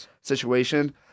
situation